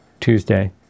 Tuesday